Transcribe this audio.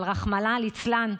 אבל, רחמנא ליצלן,